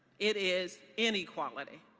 it is inequality.